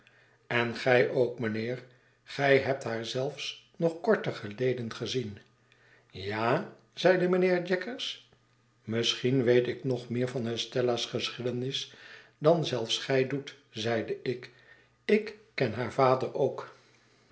en gij ook mijnheer gij hebthaar zelfs nog korter geleden gezien ja zeide mijnheer jaggers misschien weet ik nog meer van estella's geschiedenis dan zelfs gij doet zeide ik ik ken haar vader ook